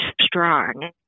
strong